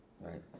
right